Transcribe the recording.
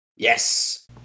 Yes